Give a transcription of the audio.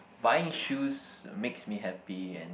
buying shoes makes me happy and